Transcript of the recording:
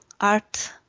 art